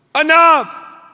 Enough